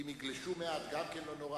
אם הם יגלשו מעט זה גם כן לא נורא,